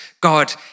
God